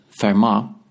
Fermat